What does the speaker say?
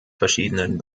verschiedenen